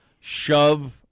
shove